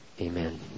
Amen